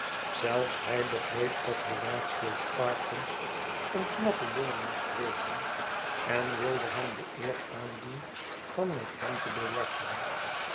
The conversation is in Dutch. zelfs hij begreep dat horatio spar horatio spaukins kins een knappe jongen moest wezen en wilde hem de eer aandoen van met hem te